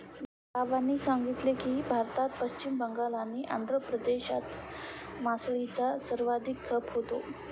बाबांनी सांगितले की, भारतात पश्चिम बंगाल आणि आंध्र प्रदेशात मासळीचा सर्वाधिक खप होतो